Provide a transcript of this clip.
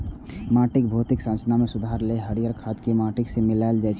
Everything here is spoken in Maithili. माटिक भौतिक संरचना मे सुधार लेल हरियर खाद कें माटि मे मिलाएल जाइ छै